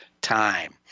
time